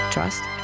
Trust